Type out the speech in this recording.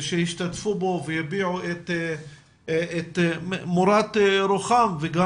שהשתתפו בו והביעו את מורת רוחם וגם